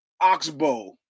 oxbow